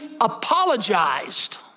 apologized